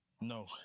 no